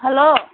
hello